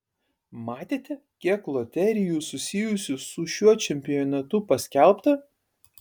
matėte kiek loterijų susijusių su šiuo čempionatu paskelbta